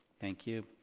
thank you.